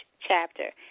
chapter